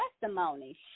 testimony